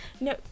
no